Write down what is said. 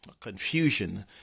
confusion